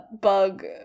bug